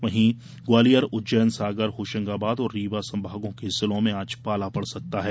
वहीं ग्वालियर उज्जैन सागर होशंगाबाद और रीवा संभागों के जिलो में आज पाला पड़ सकता है